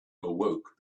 awoke